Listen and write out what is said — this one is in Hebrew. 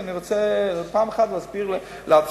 כי אני רוצה פעם אחת להסביר לציבור,